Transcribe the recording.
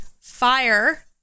fire